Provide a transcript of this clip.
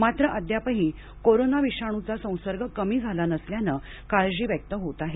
मात्र अद्यापही कोरोना विषाणूचा संसर्ग कमी झाला नसल्यानं काळजी व्यक्त होत आहे